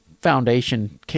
foundation